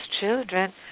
Children